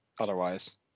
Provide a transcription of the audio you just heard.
otherwise